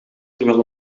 terwijl